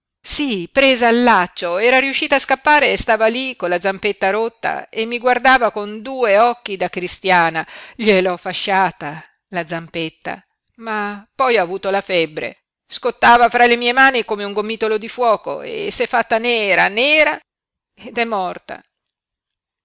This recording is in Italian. sí presa al laccio era riuscita a scappare e stava lí con la zampetta rotta e mi guardava con due occhi da cristiana gliel'ho fasciata la zampetta ma poi ha avuto la febbre scottava fra le mie mani come un gomitolo di fuoco e s'è fatta nera nera ed è morta